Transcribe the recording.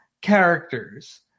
characters